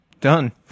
done